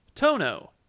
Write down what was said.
Tono